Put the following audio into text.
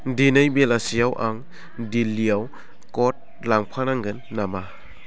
दिनै बेलासियाव आं दिल्लियाव कट लांफानांगोन नामा